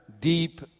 deep